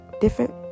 different